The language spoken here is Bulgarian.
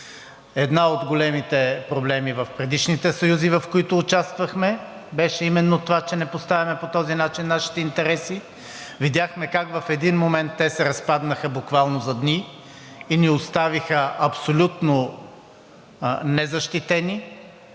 Един от големите проблеми в предишните съюзи, в които участвахме, беше именно това, че не поставяме по този начин нашите интереси. Видяхме как в един момент те се разпаднаха буквално за дни и ни оставиха абсолютно незащитени,